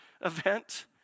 event